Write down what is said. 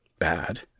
bad